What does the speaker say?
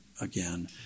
again